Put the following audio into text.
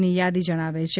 ની યાદી જણાવે છે